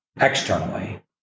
externally